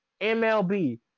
MLB